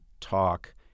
talk